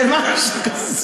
כן, משהו כזה.